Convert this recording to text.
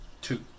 two